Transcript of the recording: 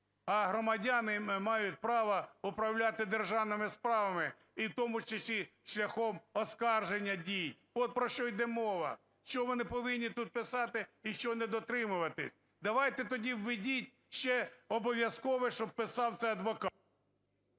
А громадяни мають право управляти державними справами і в тому числі шляхом оскарження дій. От про що йде мова, що вони повинні тут писати і чого дотримуватись. Давайте тоді введіть ще обов'язкове, щоб писав це адвокат…